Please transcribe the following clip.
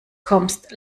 kommst